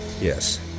Yes